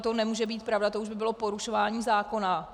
toto nemůže být pravda, to už by bylo porušování zákona.